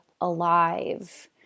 Alive